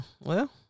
Well-